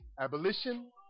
Abolition